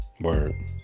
Word